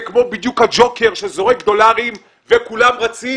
זה בדיוק כמו הג'וקר שזורק דולרים וכולם רצים